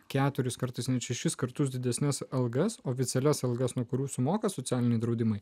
keturis kartus net šešis kartus didesnes algas oficialias algas nuo kurių sumoka socialiniai draudimai